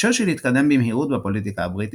צ'רצ'יל התקדם במהירות בפוליטיקה הבריטית,